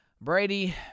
Brady